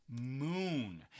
Moon